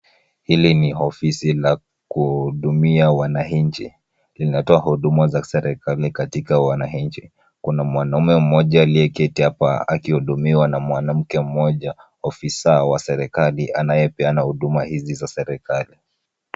Hili ni ofisi la kuhudumia wananchi, linatoa huduma za kiserikali katika wananchi. Kuna mwanamume mmoja aliyeketi hapo akihudumiwa na mwanamke mmoja, ofisa wa serikali, anayepeana huduma hizi za serikali.